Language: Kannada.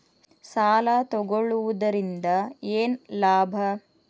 ಸಾಲ ತಗೊಳ್ಳುವುದರಿಂದ ಏನ್ ಲಾಭ?